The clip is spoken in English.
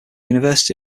university